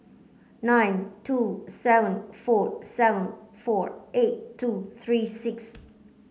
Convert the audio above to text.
nine two seven four seven four eight two three six